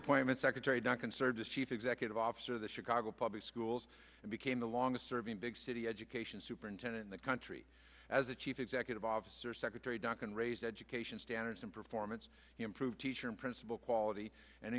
appointment secretary duncan served as chief executive officer of the chicago public schools and became the longest serving big city education superintendent in the country as a chief executive officer secretary duncan raised education standards and performance improved teacher and principal quality and